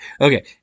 Okay